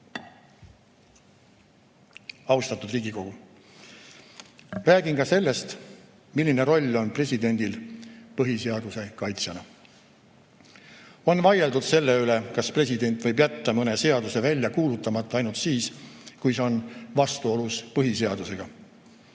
Austatud Riigikogu! Räägin ka sellest, milline roll on presidendil põhiseaduse kaitsjana. On vaieldud selle üle, kas president võib jätta mõne seaduse välja kuulutamata ainult siis, kui see on vastuolus põhiseadusega.